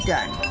Done